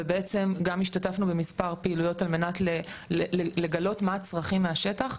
ובעצם גם השתתפנו במספר פעילויות על מנת לגלות מה הצרכים מהשטח,